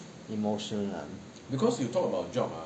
emotion lah